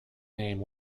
name